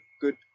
good